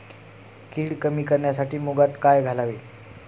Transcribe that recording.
कीड कमी करण्यासाठी मुगात काय घालावे?